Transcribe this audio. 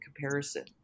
comparison